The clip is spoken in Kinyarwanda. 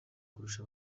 kurusha